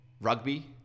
Rugby